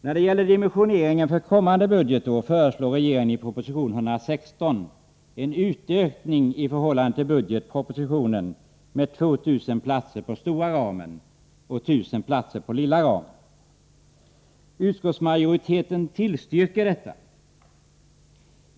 När det gäller dimensioneringen för kommande budgetår föreslår regeringen i proposition 116 en utökning i förhållande till budgetpropositionen med 2 000 platser på stora ramen och 19000 platser på lilla ramen. Utskottsmajoriteten tillstyrker detta.